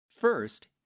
First